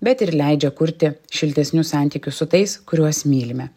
bet ir leidžia kurti šiltesnius santykius su tais kuriuos mylime